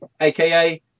aka